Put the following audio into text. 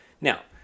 Now